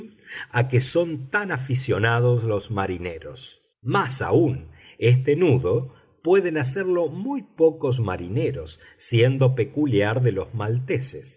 a que son tan aficionados los marineros mas aún este nudo pueden hacerlo muy pocos marineros siendo peculiar de los malteses